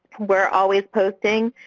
we're always posting,